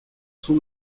son